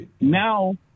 Now